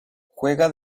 juega